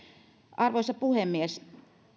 arvoisa puhemies